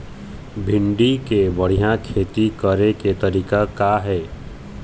भिंडी के बढ़िया खेती करे के तरीका का हे?